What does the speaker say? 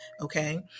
okay